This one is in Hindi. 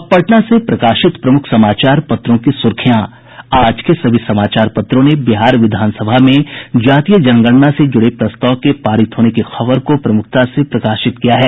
अब पटना से प्रकाशित प्रमुख समाचार पत्रों की सुर्खियां आज के सभी समाचार पत्रों ने बिहार विधानसभा में जातीय जनगणना से जुड़े प्रस्ताव के पारित होने की खबर को प्रमुखता से प्रकाशित किया है